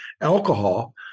alcohol